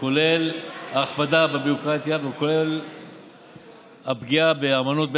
כולל ההכבדה בביורוקרטיה וכולל הפגיעה באמנות בין-לאומיות.